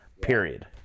period